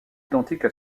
identique